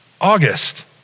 August